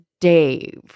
dave